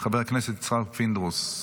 חבר הכנסת יצחק פינדרוס,